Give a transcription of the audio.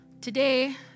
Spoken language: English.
Today